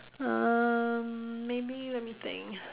um maybe let me think